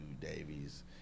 Davies